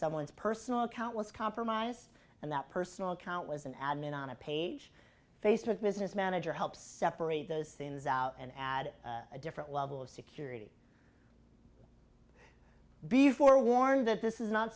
someone's personal account was compromised and that personal account was an admin on a page facebook business manager helps separate those things out and add a different level of security be forewarned that this is not